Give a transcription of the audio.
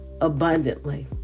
abundantly